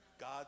God